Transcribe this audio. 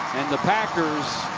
the packers